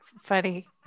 funny